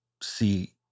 see